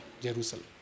Jerusalem